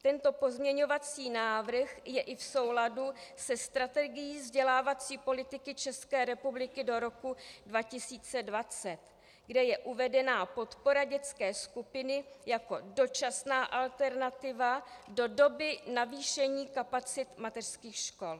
Tento pozměňovací návrh je i v souladu se strategií vzdělávací politiky České republiky do roku 2020, kde je uvedena podpora dětské skupiny jako dočasná alternativa do doby navýšení kapacit mateřských škol.